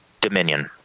Dominion